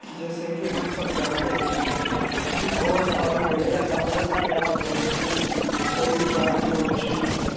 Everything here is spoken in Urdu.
جیسے کہ ہم سب جانتے ہیں کہ بہت سالوں پہلے ہمارے اتّر پردیش میں کوئی ٹرانسپورٹیشن نہیں تھا